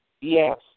Yes